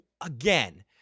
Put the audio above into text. again